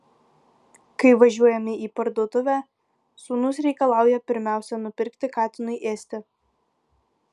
kai važiuojame į parduotuvę sūnus reikalauja pirmiausia nupirkti katinui ėsti